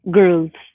girls